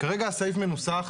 כרגע הסעיף מנוסח